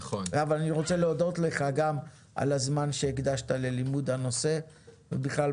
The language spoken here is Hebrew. אבל לפני כן אני רוצה להודות לך גם על הזמן שהקדשת ללימוד הנושא ובכלל,